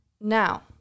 now